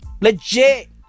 Legit